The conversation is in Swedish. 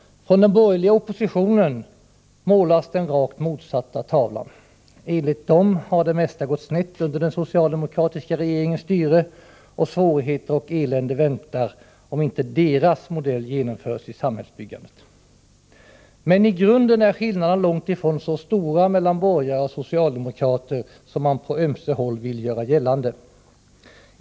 Från den borgerliga oppositionens sida målas den rakt motsatta tavlan. Enligt de borgerliga har det mesta gått snett under den socialdemokratiska regeringens styre, och svårigheter och elände väntar om inte deras modell genomförs i samhällsbyggandet. Men i grunden är skillnaderna långt ifrån så stora mellan borgare och socialdemokrater som man på ömse håll vill göra gällande.